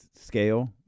scale